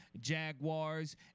Jaguars